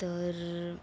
तर